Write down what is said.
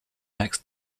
next